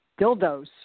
dildos